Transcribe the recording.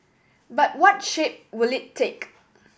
but what shape will it take